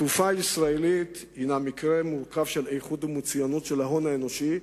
התעופה הישראלית היא מקרה מורכב של איכות ומצוינות של ההון האנושי,